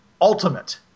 ultimate